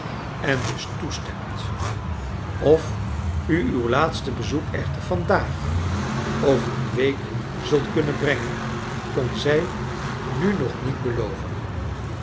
en dus toestemt of u uw laatste bezoek echter reeds vandaag over een week zult kunnen brengen kon zij nu nog niet beloven